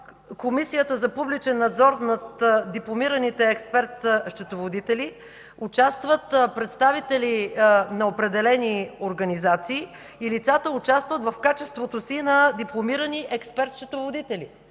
Комисията за публичен надзор над дипломираните експерт счетоводители участват представители на определени организации. Лицата участват в качеството си на дипломирани експерт-счетоводители.